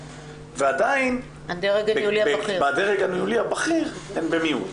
ועדיין בדרג הניהולי הבכיר הן במיעוט.